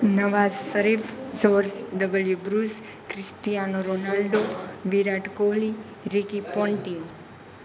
Nawaz Sharif George W Bruce Cristiano Ronaldo Virat Kohli Ricky Ponting